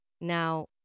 Now